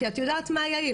כי את יודעת מה יעיל,